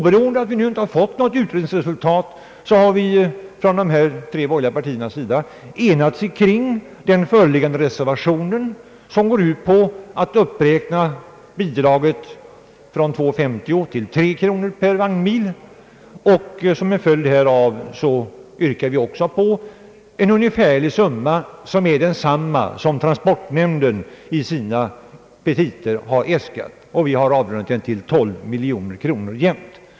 Därför har vi från de tre borgerliga partiernas sida, oberoende av att något utredningsresultat icke föreligger, enats kring föreliggande reservation som går ut på att bidraget skall räknas upp från 2 kronor och 50 öre till 3 kronor per vagnmil. Som en följd härav yrkar vi också på ett anslag på ungefär samma belopp som transportnämnden har äskat i sina petita. Vi har avrundat summan till 12 miljoner kronor.